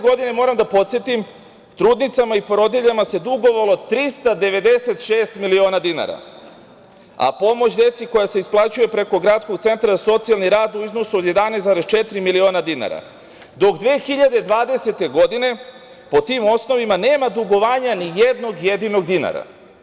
Godine 2012. moram da podsetim, trudnicama i porodiljama se dugovalo 396 miliona dinara, a pomoć deci koja se isplaćuje preko Gradskog centra za socijalni rad u iznosu od 11,4 miliona dinara, dok 2020. godine po tim osnovima nema dugovanja ni jednog jedinog dinara.